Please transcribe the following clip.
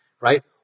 right